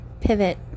pivot